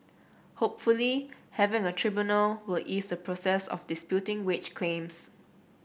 hopefully having a tribunal will ease the process of disputing wage claims